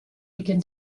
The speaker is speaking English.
began